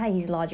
(uh huh)